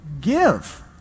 give